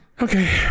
Okay